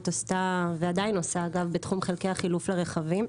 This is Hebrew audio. עשתה ועדיין עושה גם בתחום חלקי החילוף לרכבים.